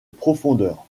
profondeur